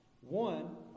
One